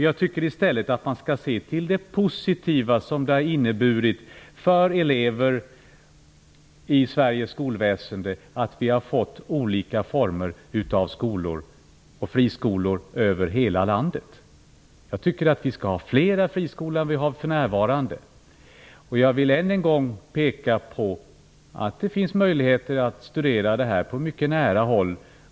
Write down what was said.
Man bör i stället se till det positiva, nämligen att eleverna i Sveriges skolväsende nu fått tillgång till olika former av skolor och friskolor över hela landet. Jag tycker att vi skall ha fler friskolor än vi har för närvarande. Och än en gång vill jag peka på att det finns möjligheter att studera detta på mycket nära håll.